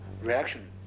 reaction